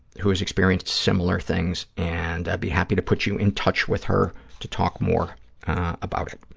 who has experienced similar things and i'd be happy to put you in touch with her to talk more about it.